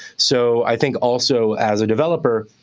so i think, also, as a developer,